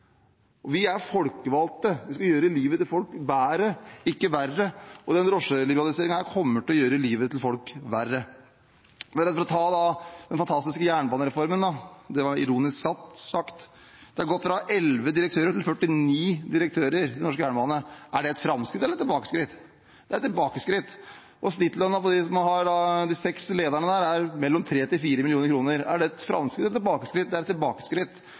regjering. Vi er folkevalgte. Vi skal gjøre livet til folk bedre, ikke verre, og denne drosjeliberaliseringen kommer til å gjøre livet til folk verre. For å ta den «fantastiske» jernbanereformen – det var ironisk sagt: De har gått fra 11 til 49 direktører innen norsk jernbane. Er det et framskritt eller et tilbakeskritt? Det er et tilbakeskritt. Snittlønna til de seks øverste lederne er på mellom tre og fire millioner kroner. Er det et framskritt eller et tilbakeskritt? Det er et tilbakeskritt.